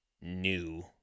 new